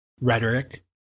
rhetoric